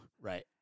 Right